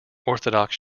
orthodox